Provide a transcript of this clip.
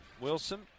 Wilson